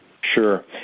Sure